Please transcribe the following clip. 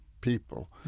people